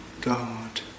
God